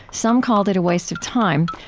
some called it a waste of time,